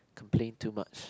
complain too much